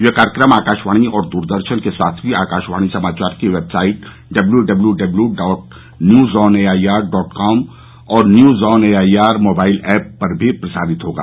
यह कार्यक्रम आकाशवाणी और दूरदर्शन के साथ ही आकाशवाणी समाचार की website W W W dot news on AIR dot com और news on AIR mobile app पर भी प्रसारित होगा